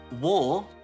war